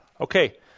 Okay